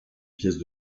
pièces